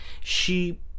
She